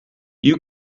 you